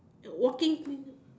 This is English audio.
walking